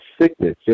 sickness